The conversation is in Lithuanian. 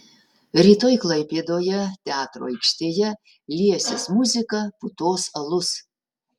rytoj klaipėdoje teatro aikštėje liesis muzika putos alus